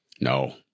No